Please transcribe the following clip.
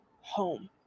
home